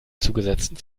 zugesetzten